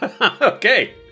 Okay